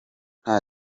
nta